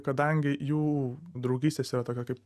kadangi jų draugystės yra tokia kaip